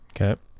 okay